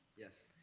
yes.